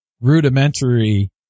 rudimentary